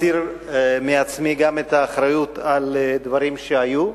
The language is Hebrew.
מסיר מעצמי גם את האחריות לדברים שהיו,